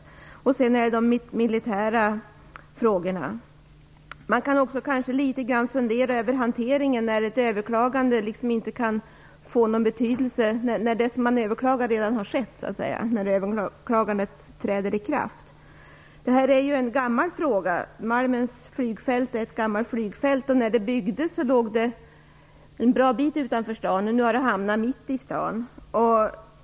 För det tredje gäller det de militära frågorna. Man kan också litet grand fundera över hanteringen när ett överklagande inte kan få någon verkan därför att den åtgärd som överklagas redan har vidtagits när överklagandet bifalls. Detta är en gammal fråga. Malmens flygfält är till åren kommet, och när det byggdes låg det ett bra stycke utanför staden men ligger nu mitt i den.